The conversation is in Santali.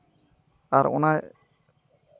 ᱟᱨ ᱚᱱᱟ